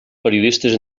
periodistes